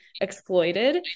exploited